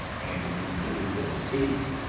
and the tributes of the cities,